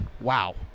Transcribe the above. Wow